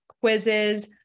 quizzes